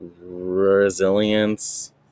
resilience